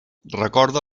recorda